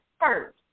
first